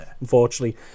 unfortunately